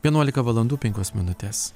vienuolika valandų penkios minutės